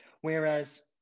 Whereas